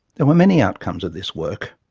there were many outcomes of this work,